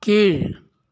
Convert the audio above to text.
கீழ்